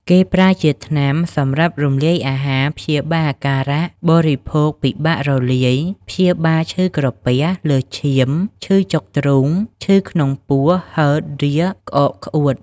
គេប្រើជាថ្នាំសម្រាប់រំលាយអាហារ ព្យាបាលអាការៈបរិភោគពិបាករលាយ ព្យាបាលឈឺក្រពះ លើសឈាម ឈឺចុកទ្រូង ឈឺក្នុងពោះ ហឺត រាគ ក្អក ក្អួត